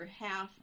half